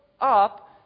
up